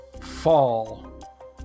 Fall